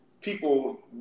people